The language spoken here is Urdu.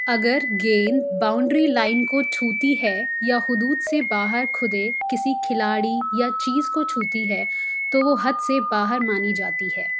اگر گیند باؤنڈری لائن کو چھوتی ہے یا حدود سے باہر کھدے کسی کھلاڑی یا چیز کو چھوتی ہے تو وہ حد سے باہر مانی جاتی ہے